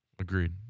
agreed